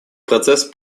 процесс